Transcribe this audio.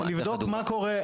לבדוק מה קורה,